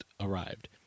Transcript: arrived